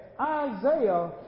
Isaiah